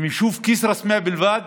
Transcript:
מהיישוב כסרא-סמיע בלבד